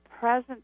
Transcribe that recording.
present